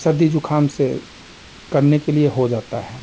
सर्दी ज़ुखाम से करने के लिए हो जाता है